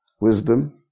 wisdom